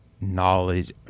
knowledge